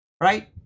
right